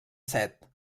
set